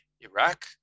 Iraq